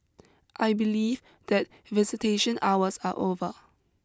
I believe that visitation hours are over